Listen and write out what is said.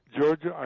Georgia